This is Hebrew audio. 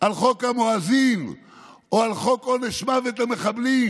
על חוק המואזין או על חוק עונש מוות למחבלים.